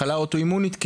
מחלה אוטואימונית,